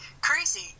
crazy